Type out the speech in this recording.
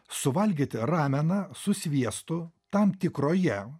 suvalgyti rameną su sviestu tam tikroje